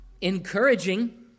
encouraging